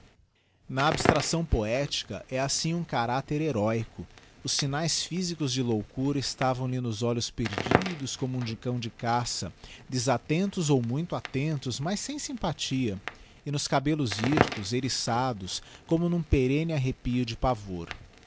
na abstracção poética é assim um caracter heróico os signaes physicos de loucura estavam lhe nos olhos perdidos como os de um cão de caça desattentos ou muito attentos mas sem sympathia e nos cabellos hirtos erriçados como n'um perenne arripio de pavor